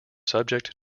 subject